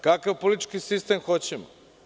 Kakav politički sistem hoćemo.